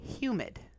humid